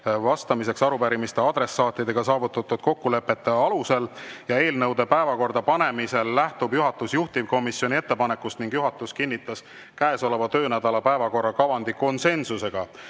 vastamiseks arupärimiste adressaatidega saavutatud kokkulepete alusel. Eelnõude päevakorda panemisel lähtub juhatus juhtivkomisjoni ettepanekust. Juhatus kinnitas käesoleva töönädala päevakorra kavandi konsensusega.